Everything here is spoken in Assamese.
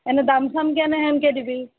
এনে দাম চাম কেনেহেনকৈ দিবি